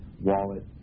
wallet